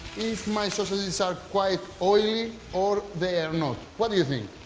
if my sausages are quite oily or they are not. what do you think?